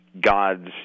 God's